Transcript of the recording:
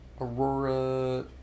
Aurora